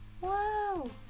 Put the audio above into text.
Wow